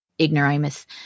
ignoramus